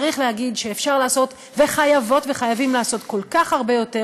צריך להגיד שאפשר לעשות וחייבות וחייבים לעשות כל כך הרבה יותר,